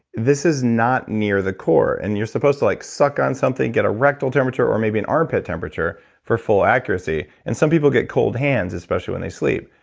this is not near the core and you're supposed to like suck on something, get a rectal temperature or maybe an armpit temperature for full accuracy and some people get cold hands, especially when they sleep.